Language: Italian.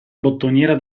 bottoniera